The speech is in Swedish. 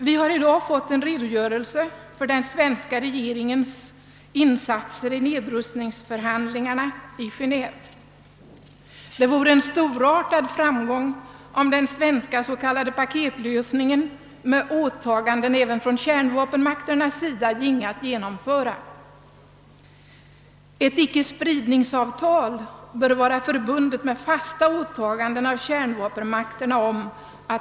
Vi har i dag fått en redogörelse för den svenska regeringens insatser under nedrustningsförhandlingarna i Genéve.